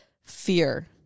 fear